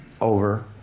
over